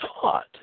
taught